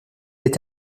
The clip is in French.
été